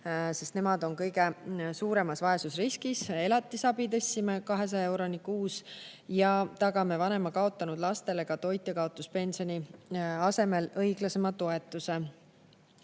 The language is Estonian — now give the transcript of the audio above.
sest nemad on kõige suuremas vaesusriskis. Elatisabi tõstsime 200 euroni kuus ja tagame vanema kaotanud lastele toitjakaotuspensioni asemel õiglasema toetuse.